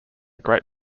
great